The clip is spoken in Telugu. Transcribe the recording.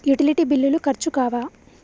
యుటిలిటీ బిల్లులు ఖర్చు కావా?